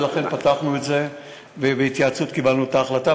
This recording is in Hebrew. ולכן פתחנו את זה ובהתייעצות קיבלנו את ההחלטה,